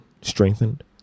strengthened